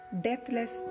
deathless